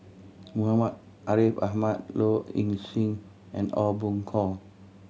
Muhammad Ariff Ahmad Low Ing Sing and Aw Boon Haw